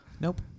nope